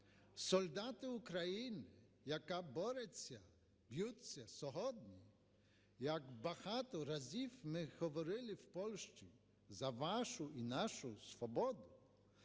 Солдати України, яка бореться, б'ються сьогодні, як багато разів ми говорили в Польщі, за вашу і нашу свободу.